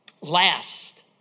Last